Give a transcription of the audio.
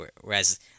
Whereas